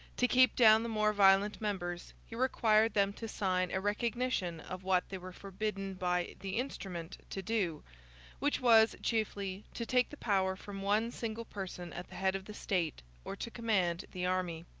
to keep down the more violent members, he required them to sign a recognition of what they were forbidden by the instrument to do which was, chiefly, to take the power from one single person at the head of the state or to command the army.